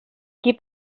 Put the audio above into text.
qui